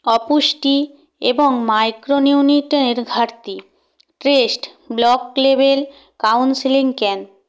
অপুষ্টি এবং মাইক্রন ইউনিটের ঘাটতি test block level counselling camp